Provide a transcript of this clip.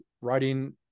writing